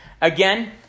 Again